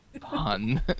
pun